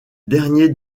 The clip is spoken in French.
dernier